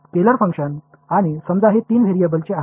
scalar function மூன்று மாறிகளை கொண்டது